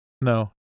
No